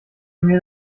mir